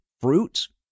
fruits